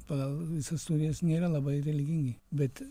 pagal visas studijas nėra labai religingi bet